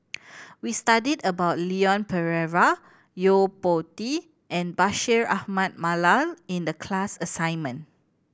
we studied about Leon Perera Yo Po Tee and Bashir Ahmad Mallal in the class assignment